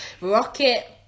rocket